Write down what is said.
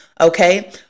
Okay